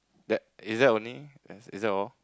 that is that only is that all